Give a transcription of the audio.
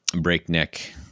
Breakneck